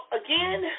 again